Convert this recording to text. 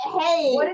hey